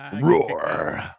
roar